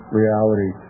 reality